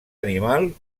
animal